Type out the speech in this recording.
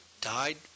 Died